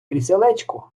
кріселечко